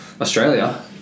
Australia